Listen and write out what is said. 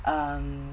um